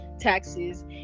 taxes